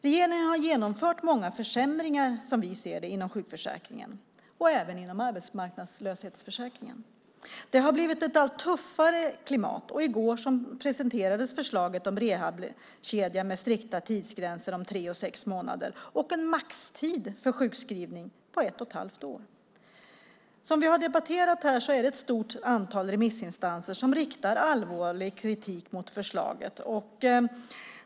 Regeringen har genomfört många försämringar, som vi ser det, inom sjukförsäkringen och även inom arbetslöshetsförsäkringen. Det har blivit ett allt tuffare klimat. I går presenterades förslaget om rehabkedja med strikta tidsgränser om tre och sex månader och en maxtid för sjukskrivning på ett och ett halvt år. Som vi har debatterat här är det ett stort antal remissinstanser som riktar allvarlig kritik mot förslaget.